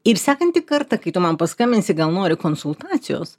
ir sekantį kartą kai tu man paskambinsi gal nori konsultacijos